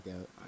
out